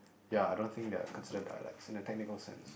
ya I don't think they are considered dialects in a technical sense